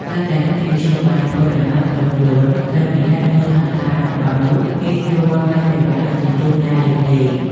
សិស្សដែលគ្មានមធ្យោបាយធ្វើដំណើរផ្ទាល់ខ្លួនត្រូវពិនិត្យមើលថាតើតំបន់នោះងាយស្រួលហៅសេវាដឹកជញ្ជូនដែរឬទេ។